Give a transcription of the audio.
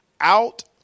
out